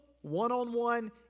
one-on-one